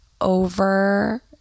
over